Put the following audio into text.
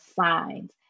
signs